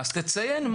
אז תציין.